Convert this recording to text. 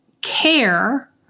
care